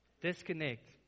Disconnect